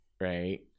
right